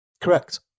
Correct